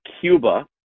Cuba